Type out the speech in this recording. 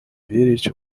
верить